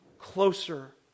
closer